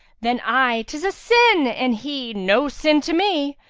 then i, tis a sin! and he, no sin to me!